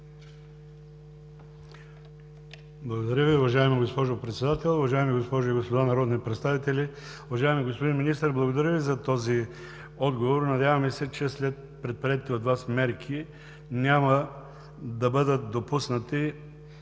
Благодаря, уважаема госпожо Председател. Уважаеми госпожи и господа народни представители! Уважаеми господин Министър, благодаря Ви за този отговор. Надяваме се, че след предприетите от Вас мерки няма да бъдат допуснати